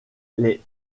les